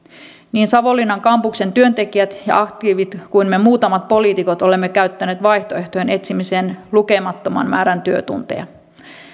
niin savonlinnan kampuksen työntekijät ja aktiivit kuin me muutamat poliitikot olemme käyttäneet vaihtoehtojen etsimiseen lukemattoman määrän työtunteja